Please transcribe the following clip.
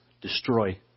destroy